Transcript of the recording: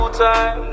time